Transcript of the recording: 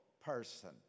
person